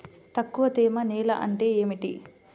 తక్కువ తేమ నేల అంటే ఏమిటి?